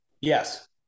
yes